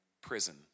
prison